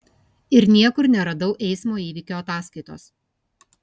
ir niekur neradau eismo įvykio ataskaitos